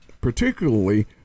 particularly